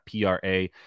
PRA